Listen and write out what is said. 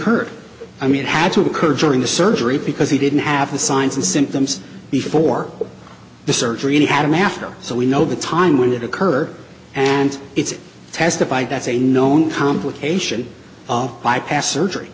occurred i mean it had to occur during the surgery because he didn't have the signs and symptoms before the surgery had him after so we know the time when it occur and it's testified that's a known complication bypass surgery